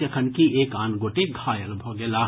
जखनकि एक आन गोटे घायल भऽ गेलाह